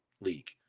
league